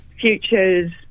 Futures